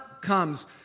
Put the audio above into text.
comes